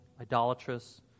idolatrous